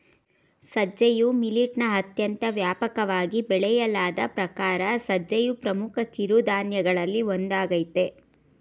ಸಜ್ಜೆಯು ಮಿಲಿಟ್ನ ಅತ್ಯಂತ ವ್ಯಾಪಕವಾಗಿ ಬೆಳೆಯಲಾದ ಪ್ರಕಾರ ಸಜ್ಜೆಯು ಪ್ರಮುಖ ಕಿರುಧಾನ್ಯಗಳಲ್ಲಿ ಒಂದಾಗಯ್ತೆ